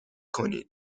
کنین